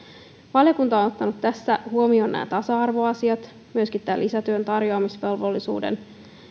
valiokunta on ottanut tässä huomioon nämä tasa arvoasiat myöskin lisätyön tarjoamisvelvollisuuden